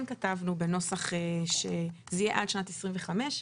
כן כתבנו בנוסח שזה יהיה עד שנת 2025,